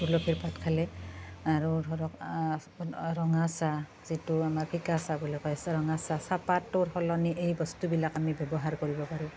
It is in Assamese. তুলসীৰ পাত খালে আৰু ধৰক ৰঙা চাহ যিটো আমাৰ ফিকা চাহ বুলি কয় ৰঙা চাহ চাহপাতটোৰ সলনি এই বস্তুবিলাক আমি ব্যৱহাৰ কৰিব পাৰো